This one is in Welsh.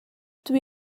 dwi